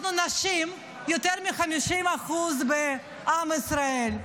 אנחנו הנשים יותר מ-50% מעם ישראל,